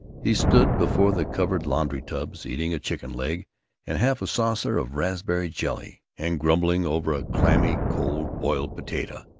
he stood before the covered laundry tubs, eating a chicken leg and half a saucer of raspberry jelly, and grumbling over a clammy cold boiled potato.